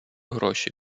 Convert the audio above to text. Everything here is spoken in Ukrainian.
гроші